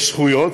יש זכויות,